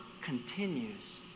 continues